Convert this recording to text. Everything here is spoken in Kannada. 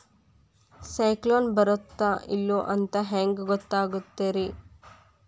ಸೈಕ್ಲೋನ ಬರುತ್ತ ಇಲ್ಲೋ ಅಂತ ಹೆಂಗ್ ಗೊತ್ತಾಗುತ್ತ ರೇ?